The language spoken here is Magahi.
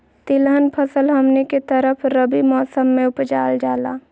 तिलहन फसल हमनी के तरफ रबी मौसम में उपजाल जाला